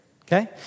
Okay